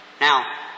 Now